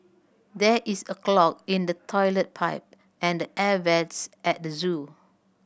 there is a clog in the toilet pipe and the air vents at the zoo